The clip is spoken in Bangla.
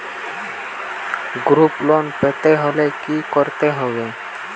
গ্রুপ লোন পেতে হলে কি করতে হবে?